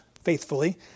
faithfully